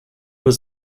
was